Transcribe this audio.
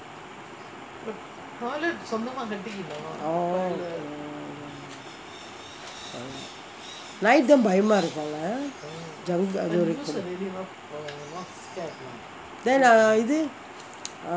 oh night தா பயமா இருக்குமே:thaa bayama irukkumae